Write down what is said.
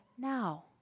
Now